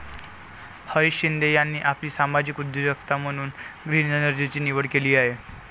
हरीश शिंदे यांनी आपली सामाजिक उद्योजकता म्हणून ग्रीन एनर्जीची निवड केली आहे